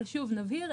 אבל שוב נבהיר,